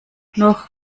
noch